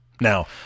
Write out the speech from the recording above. Now